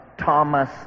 Thomas